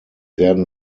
werden